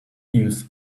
use